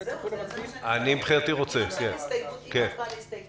אני רוצה להוסיף: היתה אלינו פנייה מהסנגוריה